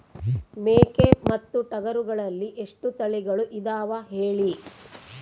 ಮೇಕೆ ಮತ್ತು ಟಗರುಗಳಲ್ಲಿ ಎಷ್ಟು ತಳಿಗಳು ಇದಾವ ಹೇಳಿ?